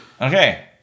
Okay